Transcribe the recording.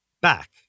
back